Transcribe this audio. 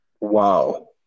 wow